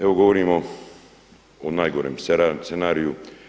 Evo govorimo o najgorem scenariju.